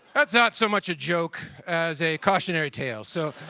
that's not so much a joke as a cautionary tale. so